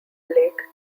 lake